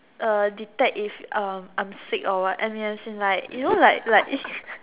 uh detect if um I'm sick or what I mean as in like you know like like